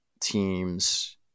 teams